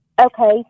Okay